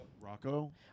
Rocco